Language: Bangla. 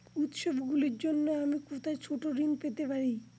উত্সবগুলির জন্য আমি কোথায় ছোট ঋণ পেতে পারি?